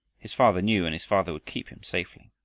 his father knew and his father would keep him safely.